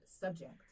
subject